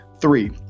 three